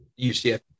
UCF